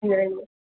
సరే అండి